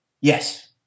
Yes